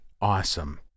awesome